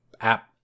app